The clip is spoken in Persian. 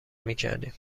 میکردیم